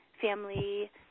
family